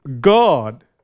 God